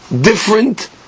different